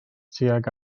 tuag